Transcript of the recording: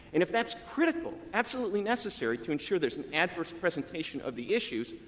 and if that's critical, absolutely necessary to ensure there's an adverse presentation of the issues,